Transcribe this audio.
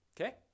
Okay